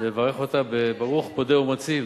לברך אותה ב"ברוך פודה ומציל".